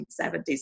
1970s